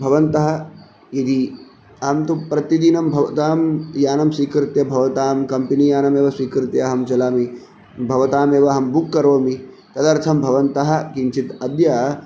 भवन्तः यदि अहं तु प्रतिदिनं भवतां यानं स्वीकृत्य भवतां कम्पनी यानमेव स्वीकृत्य अहं चलामि भवतामेव अहं बुक् करोमि तदर्थं भवन्तः किञ्चित् अद्य